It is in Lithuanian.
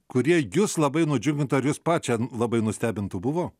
kurie jus labai nudžiugintų ar jus pačią labai nustebintų buvo